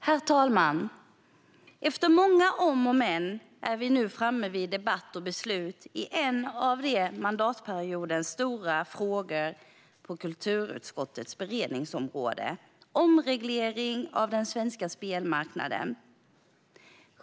Herr talman! Efter många om och men är vi nu framme vid debatt och beslut i en av mandatperiodens stora frågor på kulturutskottets beredningsområde: omregleringen av den svenska spelmarknaden.